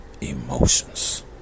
emotions